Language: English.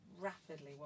rapidly